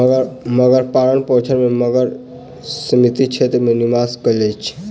मगर पालनपोषण में मगर सीमित क्षेत्र में निवास करैत अछि